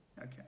Okay